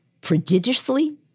prodigiously